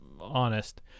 honest